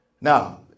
now